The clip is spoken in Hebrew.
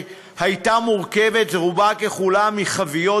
שהייתה מורכבת רובה ככולה מחביות,